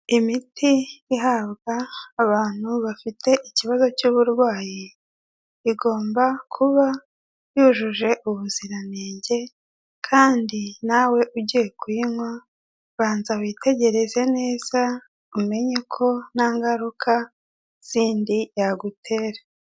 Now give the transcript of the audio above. Imiti ihabwa abantu bafite ikibazo cy'uburwayi, igomba kuba yujuje ubuziranenge kandi nawe ugiye kuyinywa banza witegereze neza umenye ko nta ngaruka z'indi yagutera.